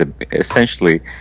essentially